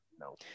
No